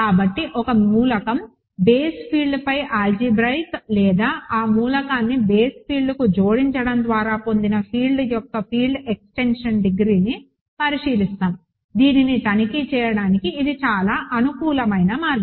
కాబట్టి ఒక మూలకం బేస్ ఫీల్డ్ పై ఆల్జీబ్రాయిక్ లేదా ఆ మూలకాన్ని బేస్ ఫీల్డ్కు జోడించడం ద్వారా పొందిన ఫీల్డ్ యొక్క ఫీల్డ్ ఎక్స్టెన్షన్ డిగ్రీని పరిశీలిస్తాము దీనిని తనిఖీ చేయడానికి ఇది చాలా అనుకూలమైన మార్గం